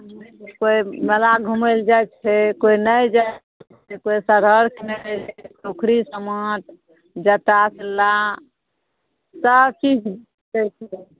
केओ मेला घूमय लऽ जाइ छै केओ नहि जाइ छै केओ सगहर कीनै छै केओ ओखरि समाट जाता तल्ला सब चीज बिकैत छै